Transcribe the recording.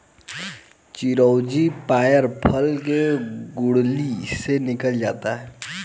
चिरौंजी पयार फल के गुठली से निकाला जाता है